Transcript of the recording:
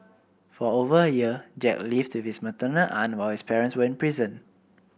for over a year Jack lived with his maternal aunt while his parents were in prison